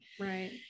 Right